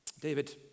David